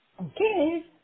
Okay